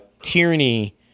tyranny